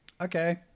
Okay